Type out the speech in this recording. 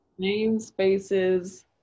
namespaces